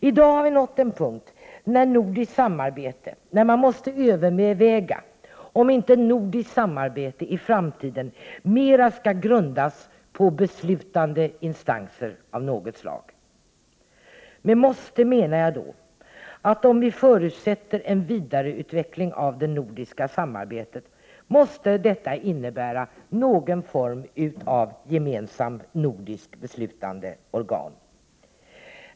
I dag har vi nått en punkt där man i nordiska sammanhang måste överväga om inte samarbetet i framtiden mera skall grundas på beslutande instanser av något slag. En vidareutveckling av det nordiska samarbetet måste innebära någon form av gemensamt nordiskt beslutandeorgan.